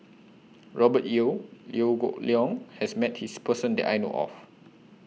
Robert Yeo Liew Geok Leong has Met This Person that I know of